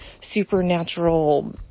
supernatural